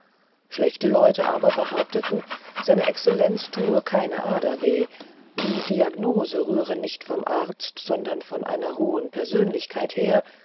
schlechte leute aber behaupteten seiner exzellenz thue keine ader weh die diagnose rühre nicht vom arzt sondern von einer hohen persönlichkeit her